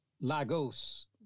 Lagos